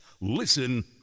Listen